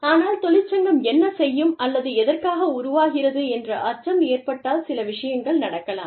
ஆனால் தொழிற்சங்கம் என்ன செய்யும் அல்லது எதற்காக உருவாகிறது என்ற அச்சம் ஏற்பட்டால் சில விஷயங்கள் நடக்கலாம்